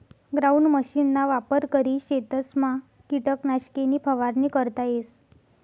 ground मशीनना वापर करी शेतसमा किटकनाशके नी फवारणी करता येस